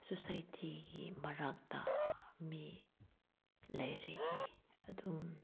ꯁꯣꯁꯥꯏꯇꯤꯒꯤ ꯃꯔꯛꯇ ꯃꯤ ꯂꯩꯔꯗꯤ ꯑꯗꯨꯝ